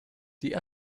die